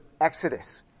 exodus